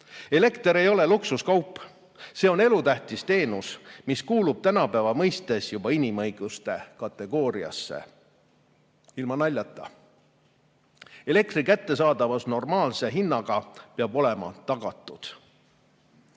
Elekter ei ole luksuskaup, see on elutähtis teenus, mis kuulub tänapäeva mõistes juba inimõiguste kategooriasse. Ilma naljata. Elektri kättesaadavus normaalse hinnaga peab olema tagatud. Kordan